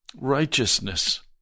righteousness